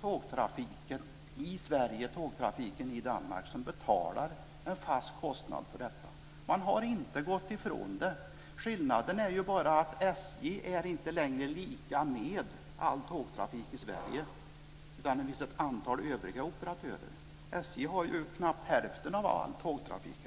tågtrafiken i Sverige och tågtrafiken i Danmark som betalar en fast kostnad för detta. Man har inte gått ifrån det. Skillnaden är bara att SJ inte längre är lika med all tågtrafik i Sverige, utan det finns ett antal övriga operatörer. SJ har ju knappt hälften av all tågtrafik.